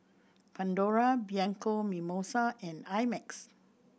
Pandora Bianco Mimosa and I Max